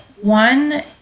one